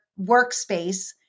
workspace